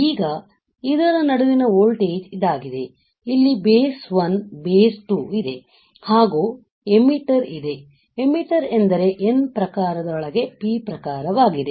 ಈಗ ಇದರ ನಡುವಿನ ವೋಲ್ಟೇಜ್ ಇದಾಗಿದೆ ಇಲ್ಲಿ ಬೇಸ್ 1 ಬೇಸ್ 2 ಇದೆ ಹಾಗೂ ಎಮ್ಮಿಟರ್ ಇದೆ ಎಮ್ಮಿಟರ್ ಎಂದರೆ ಎನ್ ಪ್ರಕಾರದೊಳಗೆ ಪಿ ಪ್ರಕಾರವಾಗಿದೆ